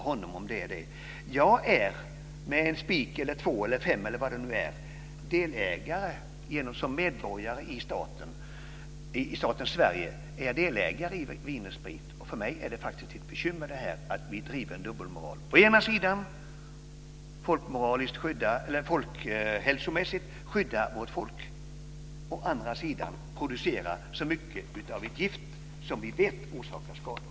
Som medborgare i staten Sverige är jag med en spik, eller två eller fem, delägare i Vin & Sprit. För mig är det ett bekymmer att vi driver en dubbelmoral; att å ena sidan folkhälsomässigt skydda folket, å andra sidan producera så mycket av ett gift som vi vet orsakar skada.